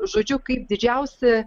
žodžiu kaip didžiausi